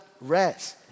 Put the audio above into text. rest